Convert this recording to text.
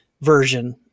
version